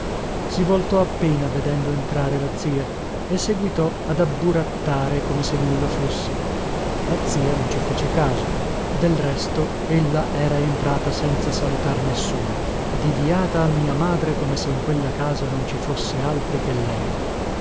si voltò appena vedendo entrare la zia e seguitò ad abburattare come se nulla fosse la zia non ci fece caso del resto ella era entrata senza salutar nessuno diviata a mia madre come se in quella casa non ci fosse altri che lei